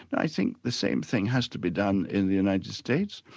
and i think the same thing has to be done in the united states.